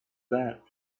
that